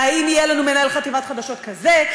והאם יהיה לנו מנהל חטיבת חדשות כזה,